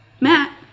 Matt